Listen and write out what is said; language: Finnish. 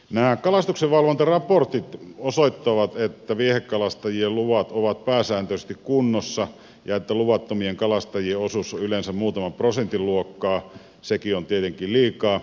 nämä kalastuksenvalvontaraportit osoittavat että viehekalastajien luvat ovat pääsääntöisesti kunnossa ja että luvattomien kalastajien osuus on yleensä muutaman prosentin luokkaa sekin on tietenkin liikaa